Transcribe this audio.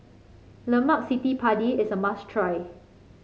Lemak Padi is a must try